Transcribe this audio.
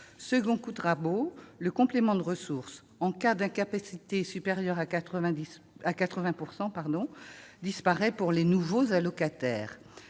Deuxième coup de rabot, le complément de ressource en cas d'incapacité supérieure à 80 % disparaît pour les nouveaux allocataires.